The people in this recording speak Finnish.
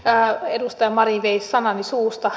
edustaja marin vei sanani suusta